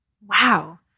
Wow